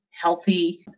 healthy